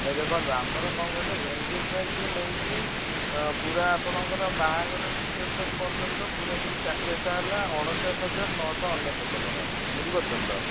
ଏଇ ଦେଖନ୍ତୁ ଆମର କ'ଣ କହିଲେ ଏନ୍ଗେଜମେଣ୍ଟଠୁ ନେଇକି ପୁରା ଆପଣଙ୍କର ବାହାଘର ରିସେପସନ୍ ପର୍ଯ୍ୟନ୍ତ ପୁରାପୁରି ପ୍ୟାକେଜ୍ଟା ହେଲା ଅଣଚାଶ ହଜାର ନଅଶହ ଅନେଶ୍ୱତ ଟଙ୍କା ବୁଝିପାରୁଛନ୍ତି ତ